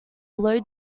low